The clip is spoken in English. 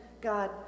God